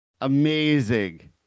Amazing